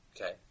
Okay